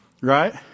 Right